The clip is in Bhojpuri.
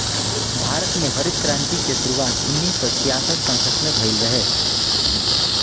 भारत में हरित क्रांति के शुरुआत उन्नीस सौ छियासठ सड़सठ में भइल रहे